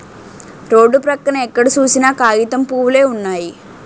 road పక్కన ఎక్కడ సూసినా కాగితం పూవులే వున్నయి